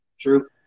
True